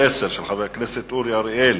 חבר הכנסת מוחמד ברכה שאל את השר לביטחון